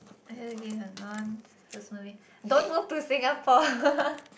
would you give a non who's moving don't move to Singapore